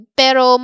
pero